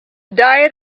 diet